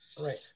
Right